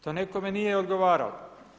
To nekome nije odgovaralo.